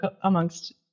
amongst